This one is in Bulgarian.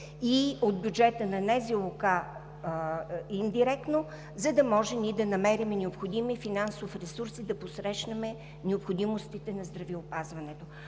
и от бюджета на НЗОК индиректно, за да може ние да намерим необходимия финансов ресурс и да посрещнем необходимостите на здравеопазването.